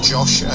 Josh